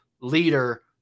leader